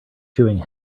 chewing